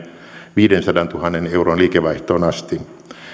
viidensadantuhannen euron liikevaihtoon asti